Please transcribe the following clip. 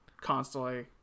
constantly